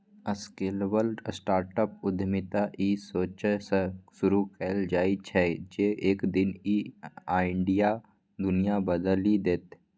scalable startup उद्यमिता ई सोचसं शुरू कैल जाइ छै, जे एक दिन ई आइडिया दुनिया बदलि देतै